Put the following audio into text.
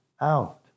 out